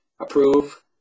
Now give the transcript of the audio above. approve